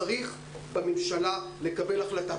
צריך בממשלה לקבל החלטה.